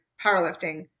powerlifting